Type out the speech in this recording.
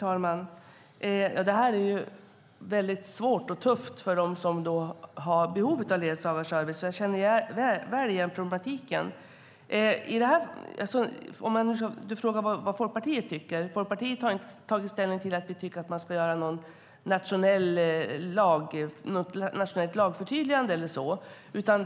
Herr talman! Det är väldigt svårt och tufft för dem som har behov av ledsagarservice. Jag känner väl igen problematiken. Eva Olofsson frågar vad Folkpartiet tycker. Folkpartiet har inte tagit ställning till något nationellt lagförtydligande.